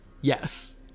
Yes